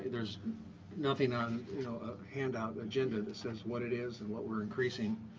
there's nothing on you know a hand out agenda that says what it is and what we're increasing.